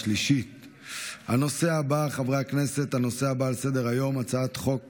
הנושא הבא על סדר-היום: הצעת חוק